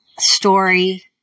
story